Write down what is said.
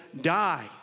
die